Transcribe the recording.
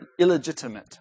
illegitimate